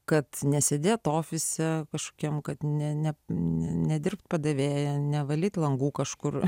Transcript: kad nesėdėt ofise kažkokiam kad ne ne nedirbt padavėja nevalyt langų kažkur